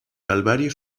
calvario